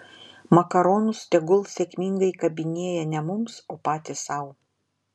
makaronus tegul sėkmingai kabinėja ne mums o patys sau